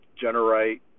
generate